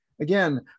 Again